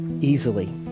easily